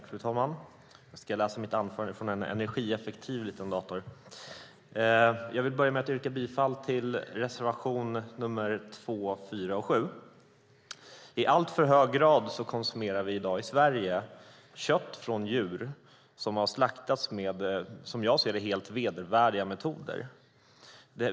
Fru talman! Jag ska läsa mitt anförande från en energieffektiv liten dator. Jag vill börja med att yrka bifall till reservationerna 2, 4 och 7. I alltför hög grad konsumerar vi i Sverige i dag kött från djur som har slaktats med, som jag ser det, helt vedervärdiga metoder.